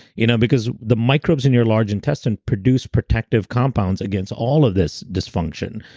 you know, because the microbes in your large intestine produce protective compounds against all of this dysfunction.